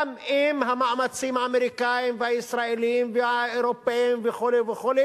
גם אם המאמצים האמריקניים והישראליים והאירופיים וכו' וכו'